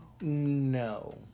No